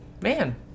man